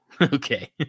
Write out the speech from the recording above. Okay